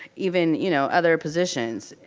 even, you know, other positions.